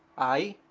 i?